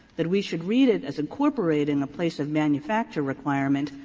that we should read it as incorporating a place of manufacture requirement,